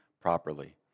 properly